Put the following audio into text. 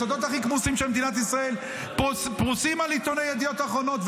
הסודות הכי כמוסים של מדינת ישראל פרוסים בעיתון ידיעות אחרונות.